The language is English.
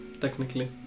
Technically